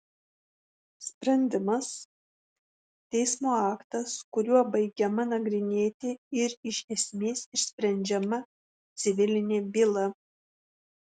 sprendimas teismo aktas kuriuo baigiama nagrinėti ir iš esmės išsprendžiama civilinė byla